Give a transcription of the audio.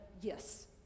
yes